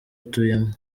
atuyemo